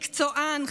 מקצוען,